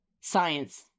Science